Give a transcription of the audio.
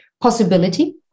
possibility